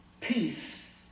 Peace